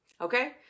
Okay